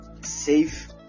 safe